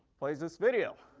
plays this video.